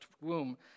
womb